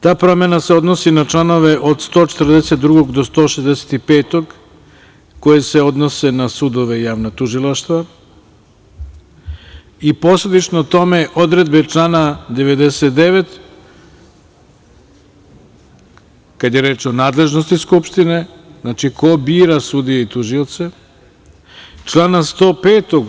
Ta promena se odnosi na članove od 142. do 165. koji se odnose na sudove i javna tužilaštva i posledično tome odredbe člana 99, kad je reč o nadležnosti Skupštine, znači ko bira sudije i tužioce, člana 105.